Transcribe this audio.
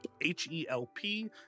H-E-L-P